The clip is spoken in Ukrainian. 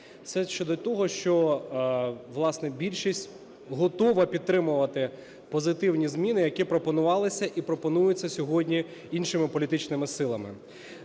Це щодо того, що, власне, більшість готова підтримувати позитивні зміни, які пропонувалися і пропонуються сьогодні іншими політичними силами.